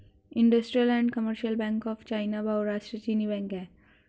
industrial and commercial bank of China बहुराष्ट्रीय चीनी bank है